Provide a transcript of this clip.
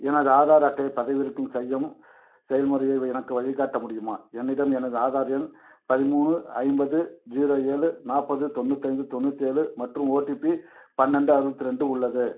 எனது ஆதார் அட்டையை பதிவிறக்கும் செய்யும் செயல்முறையை எனக்கு வழிகாட்ட முடியுமா என்னிடம் எனது ஆதார் எண் பதிமூணு ஐம்பது ஜீரோ ஏழு நாற்பது தொண்ணூற்றி அஞ்சு தொண்ணூற்றி ஏழு மற்றும் ஓடிபி பன்னெண்டு அறுபத்து ரெண்டு உள்ளது